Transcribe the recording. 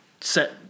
set